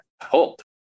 hold